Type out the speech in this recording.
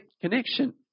connection